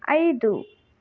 ಐದು